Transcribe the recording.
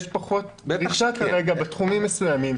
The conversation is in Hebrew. בתחומים מסוימים,